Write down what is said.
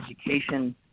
education